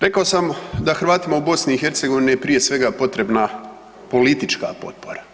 Rekao sam da Hrvatima u BiH je prije svega potrebna politička potpora.